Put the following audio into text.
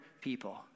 people